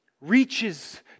reaches